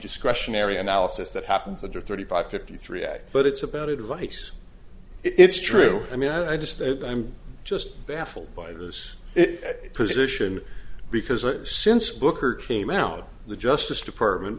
discretionary analysis that happens under thirty five fifty three ad but it's about advice it's true i mean i just i'm just baffled by this position because since booker came out the justice department